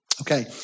Okay